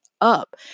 up